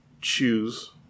choose